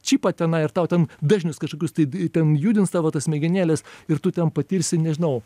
čipą tenai ar tau ten dažnius kažkokius tai i ten judins tavo tas smegenėles ir tu ten patirsi nežinau